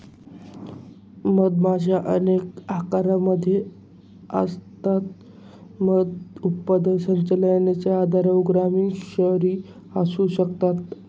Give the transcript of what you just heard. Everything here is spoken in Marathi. मधमाशा अनेक आकारांमध्ये असतात, मध उत्पादन संचलनाच्या आधारावर ग्रामीण, शहरी असू शकतात